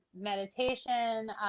Meditation